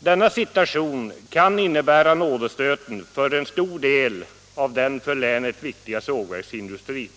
Denna situation kan innebära nådastöten för en stor del av den för länet viktiga sågverksindustrin.